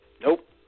Nope